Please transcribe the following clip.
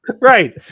Right